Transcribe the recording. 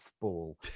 ball